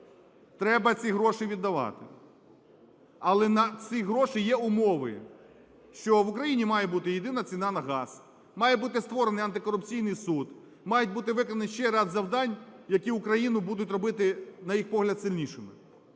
треба ці гроші віддавати. Але на ці гроші є умови: що в Україні має бути єдина ціна на газ; має бути створений Антикорупційний Суд; мають бути виконанні ще ряд завдань, які Україну будуть робити, на їх погляд, сильнішими.